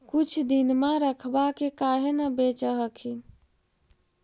कुछ दिनमा रखबा के काहे न बेच हखिन?